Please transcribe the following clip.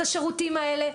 את השירותים האלה?